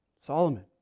Solomon